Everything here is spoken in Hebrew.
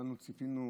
כולנו ציפינו,